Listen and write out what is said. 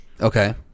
Okay